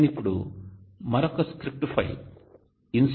నేను ఇప్పుడు మరొక స్క్రిప్ట్ ఫైల్ "INSOLATION